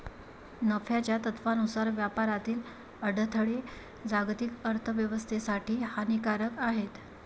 नफ्याच्या तत्त्वानुसार व्यापारातील अडथळे जागतिक अर्थ व्यवस्थेसाठी हानिकारक आहेत